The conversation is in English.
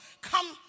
come